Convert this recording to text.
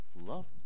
love